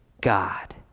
God